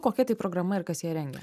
kokia tai programa ir kas ją rengia